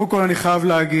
קודם כול אני חייב לומר,